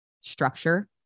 structure